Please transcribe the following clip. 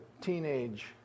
teenage